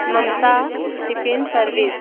Mamata tiffin service